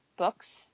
books